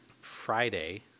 Friday